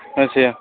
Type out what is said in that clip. ਅੱਛਿਆ